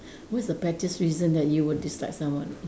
what's the pettiest reason that you would dislike someone